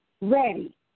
ready